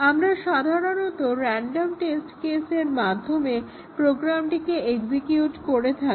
আমরা সাধারণত random test কেসের মাধ্যমে প্রোগ্রামটিকে এক্সিকিউট করে থাকি